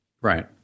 Right